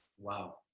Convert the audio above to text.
Wow